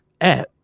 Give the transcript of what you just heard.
app